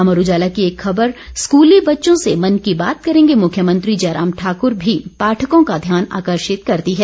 अमर उजाला की एक खबर स्कूली बच्चों से मन की बात करेंगे मुख्यमंत्री जयराम ठाकुर भी पाठकों का ध्यान आकर्षिक करती है